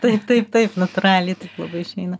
taip taip taip natūraliai taip labai išeina